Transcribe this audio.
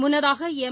முன்னதாக எம்